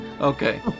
okay